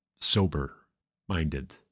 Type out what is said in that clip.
sober-minded